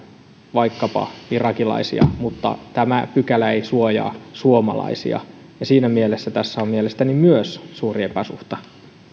vaikkapa irakilaisia mutta tämä pykälä ei suojaa suomalaisia ja siinä mielessä tässä on mielestäni myös suuri epäsuhta